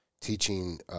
teaching